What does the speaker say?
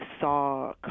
saw